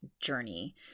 journey